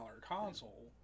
console